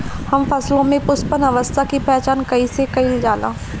हम फसलों में पुष्पन अवस्था की पहचान कईसे कईल जाला?